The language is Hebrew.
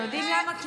אתם יודעים למה?